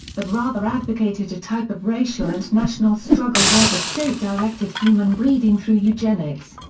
but rather advocated a type of racial and national struggle where the state directed human breeding through eugenics.